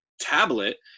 tablet